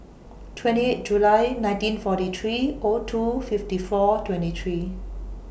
twenty eight July nineteen forty three O two fifty four twenty three